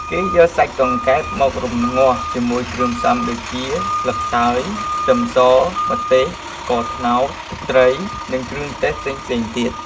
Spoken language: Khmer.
គេយកសាច់កង្កែបមក រំងាស់ ជាមួយគ្រឿងផ្សំដូចជា ស្លឹកតើយ ខ្ទឹមស ម្ទេស ស្ករត្នោត ទឹកត្រី និងគ្រឿងទេសផ្សេងៗទៀត។